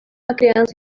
criança